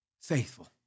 faithful